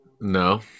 No